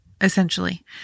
essentially